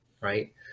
right